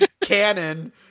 canon